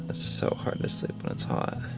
so hard to sleep when it's hot.